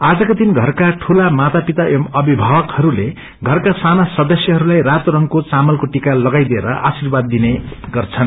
आजकै दिन घरका दूला माता पिता एवं अभिभावहरूले घरका साना सदस्यहरूलाइ रातो रंगको चामलको टिका लगाईदिएर आर्शीवाद दिने गर्छन्